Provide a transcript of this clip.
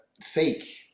fake